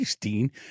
Dean